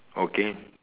okay